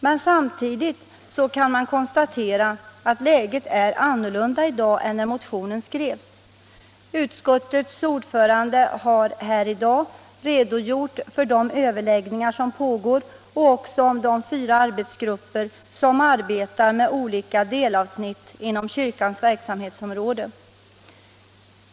Men samtidigt kan man konstatera att läget är annorlunda i dag än när motionen skrevs. Utskottets ordförande har här i dag redogjort för de överläggningar som pågår och också talat om de fyra arbetsgrupper som arbetar med olika delavsnitt inom kyrkans verksamhetsområde.